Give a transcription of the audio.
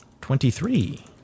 Twenty-three